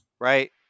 Right